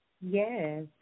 Yes